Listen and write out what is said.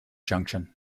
junction